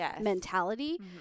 mentality